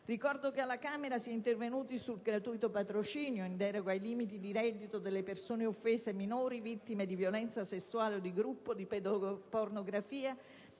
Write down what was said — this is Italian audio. Ricordo che alla Camera si è intervenuti sul gratuito patrocinio in deroga ai limiti di reddito delle persone offese minori vittime di violenza sessuale o di gruppo, di pedopornografia